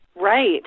Right